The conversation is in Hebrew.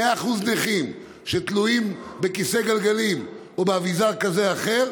נכים 100% שתלויים בכיסא גלגלים ובאביזר כזה או אחר,